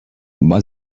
but